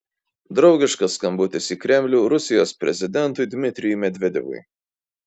draugiškas skambutis į kremlių rusijos prezidentui dmitrijui medvedevui